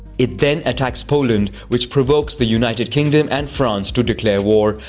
it then attacks poland, which provokes the united kingdom and france to declare war,